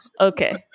okay